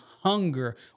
hunger